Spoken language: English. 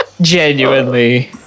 Genuinely